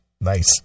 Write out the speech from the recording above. Nice